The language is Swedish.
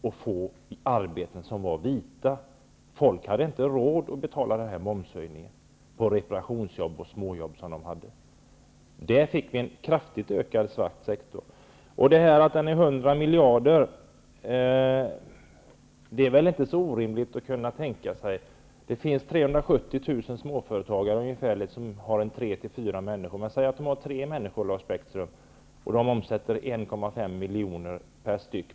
Det var få arbeten som var ''vita''. Folk hade inte råd att betala momshöjningen för reparationsjobb och andra småjobb. Där fick vi alltså en kraftigt utökad svart sektor. Beloppet 100 miljarder är nog inte så orimlig. Det finns ungefär 370 000 småföretagare med 3--4 anställda. Låt oss säga, Lars Bäckström, att de har 3 anställda och att varje bolag omsätter 1,5 milj.kr.